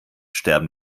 sterben